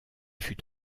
fut